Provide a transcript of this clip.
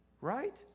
Right